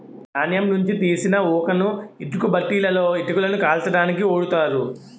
ధాన్యం నుంచి తీసిన ఊకను ఇటుక బట్టీలలో ఇటుకలను కాల్చడానికి ఓడుతారు